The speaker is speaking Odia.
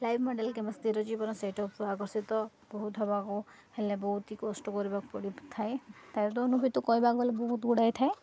ଲାଇଭ୍ ମଡ଼େଲ୍ କିମ୍ବା ସ୍ଥିର ଜୀବନ ସେଇଟାକୁ ଆକର୍ଷିତ ବହୁତ ହବାକୁ ହେଲେ ବହୁତ ହି କଷ୍ଟ କରିବାକୁ ପଡ଼ିଥାଏ ଅନୁଭତ କହିବାକୁ ଗଲେ ବହୁତଗୁଡ଼ାଏ ଥାଏ